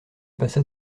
passa